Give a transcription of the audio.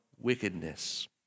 wickedness